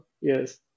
Yes